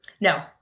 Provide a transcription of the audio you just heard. No